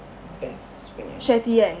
best punya